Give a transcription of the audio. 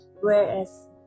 whereas